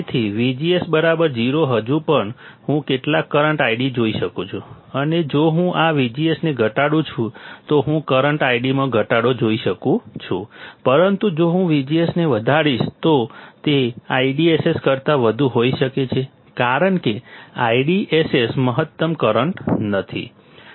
તેથી VGS 0 હજુ પણ હું કેટલાક કરંટ ID જોઈ શકું છું અને જો હું આ VGS ને ઘટાડું છું તો હું કરંટ ID માં ઘટાડો જોઈ શકું છું પરંતુ જો હું VGS ને વધારીશ તો તે IDSS કરતાં વધુ હોઈ શકે છે કારણ કે IDSS મહત્તમ કરંટ નથી